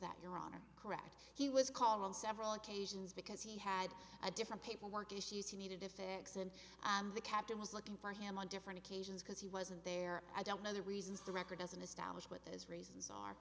that your honor correct he was called on several occasions because he had a different paperwork issues he needed to fix and the captain was looking for him on different occasions because he wasn't there i don't know the reasons the record doesn't establish what those reasons are